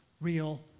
real